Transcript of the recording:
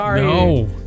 No